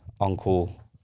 Uncle